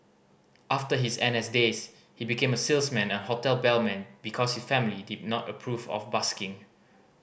after his N S days he became a salesman and hotel bellman because his family did not approve of busking